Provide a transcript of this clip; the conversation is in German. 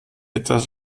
etwas